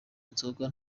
inzoga